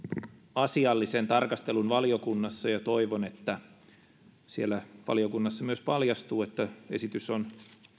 asiallisen tarkastelun valiokunnassa toivon että siellä valiokunnassa myös paljastuu että esitys on